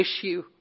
issue